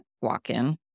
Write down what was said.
walk-in